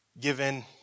Given